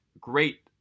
great